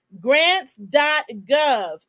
grants.gov